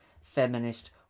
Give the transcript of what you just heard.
feminist